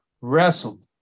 wrestled